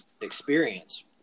experience